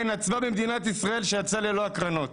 אין אצווה במדינת ישראל שיצאה ללא הקרנות.